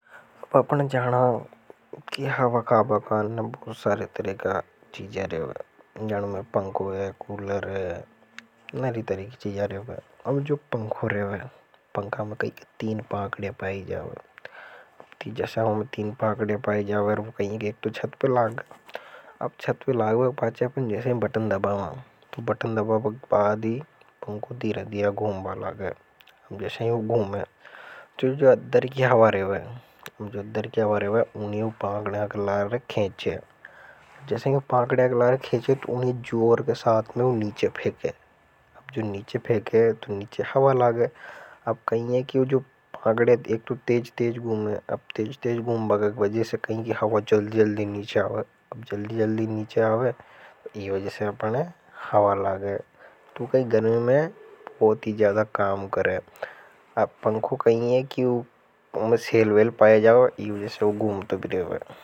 अपनजाना कि हवा काबा काने ने बहुत सारे तरह का चीजें रेवे जाने में पंक है कूलर है नरी तरह की चीजें रहे हैं। अब जो पंको रेवे पंका में कहीं तीन पांगडे पाई जाओगे ती जैसा हम तीन पांगडे पाई जाओगे और वो कहीं के एक तो छट पे लाग अब छट पे लाग वे पाचे अपने जैसे बटन दबावा तो बटन दबावा के बाद ही पंको दीरा धीरा गूमबा लगा जसा ही ऊ गुमे जो अदर की हवा रेवे। नीचे हवा ला गए अब कहीं है क्यों जो अगर एक तो तेज तेज गूम है अब तेज तेज गूम बगक वजह से कहीं। कि हवा चल जल्दी नीचे आवे अब जल्दी जल्दी नीचे आवे यह वजह से अपने हवा ला गए तो कहीं घर में बहुत ही। ज्यादा काम करें अब पंखों कहीं है क्यों उन्हें सेलवेल पाए जाओ यह जैसे वह गूम तो बि रेवे।